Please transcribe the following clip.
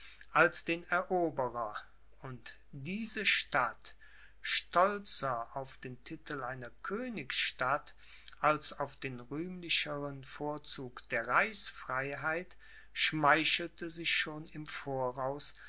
als den eroberer und diese stadt stolzer auf den titel einer königsstadt als auf den rühmlicheren vorzug der reichsfreiheit schmeichelte sich schon im voraus